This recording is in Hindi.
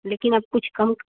लेकिन अब कुछ कम